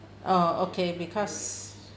uh okay because